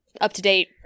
up-to-date